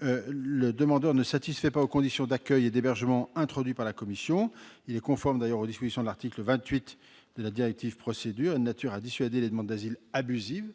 le demandeur ne satisfait pas aux conditions d'accueil et d'hébergement, introduit par la commission- ce cas est conforme à l'article 28 de la directive Procédures et est de nature à dissuader les demandes d'asile abusives